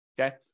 Okay